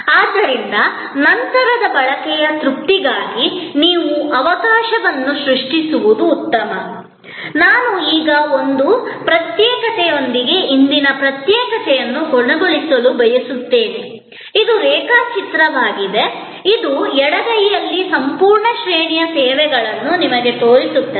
ಆದ್ದರಿಂದ ನಂತರದ ಬಳಕೆಯ ತೃಪ್ತಿಗಾಗಿ ನೀವು ಅವಕಾಶವನ್ನು ಸೃಷ್ಟಿಸುವುದು ಉತ್ತಮ ನಾನು ಈಗ ಒಂದು ಪ್ರತ್ಯೇಕತೆಯೊಂದಿಗೆ ಇಂದಿನ ಪ್ರತ್ಯೇಕತೆಯನ್ನು ಕೊನೆಗೊಳಿಸಲು ಬಯಸುತ್ತೇನೆ ಇದು ರೇಖಾಚಿತ್ರವಾಗಿದೆ ಇದು ಎಡಗೈಯಲ್ಲಿ ಸಂಪೂರ್ಣ ಶ್ರೇಣಿಯ ಸೇವೆಗಳನ್ನು ನಿಮಗೆ ತೋರಿಸುತ್ತದೆ